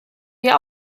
wir